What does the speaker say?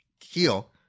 heal